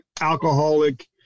alcoholic